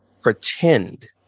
pretend